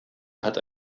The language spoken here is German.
hat